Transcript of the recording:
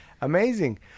Amazing